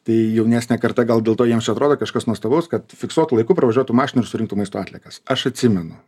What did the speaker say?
tai jaunesnė karta gal dėl to jiems čia atrodo kažkas nuostabaus kad fiksuot laiku pravažiuotų mašinų ir surinktų maisto atliekas aš atsimenu